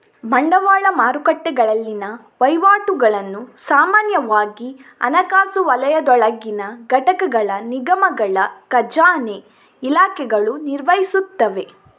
ಬಂಡವಾಳ ಮಾರುಕಟ್ಟೆಗಳಲ್ಲಿನ ವಹಿವಾಟುಗಳನ್ನು ಸಾಮಾನ್ಯವಾಗಿ ಹಣಕಾಸು ವಲಯದೊಳಗಿನ ಘಟಕಗಳ ನಿಗಮಗಳ ಖಜಾನೆ ಇಲಾಖೆಗಳು ನಿರ್ವಹಿಸುತ್ತವೆ